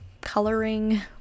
coloring